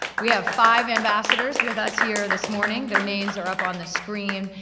we have five ambassadors with us here this morning. they're names are up on the screen.